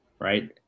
right